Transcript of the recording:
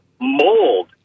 mold